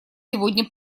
сегодня